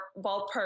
ballpark